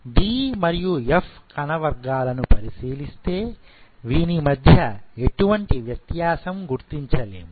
D మరియు F కణ వర్గాలను పరిశీలిస్తే వీని మధ్య ఎటువంటి వ్యత్యాసం గుర్తించలేము